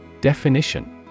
Definition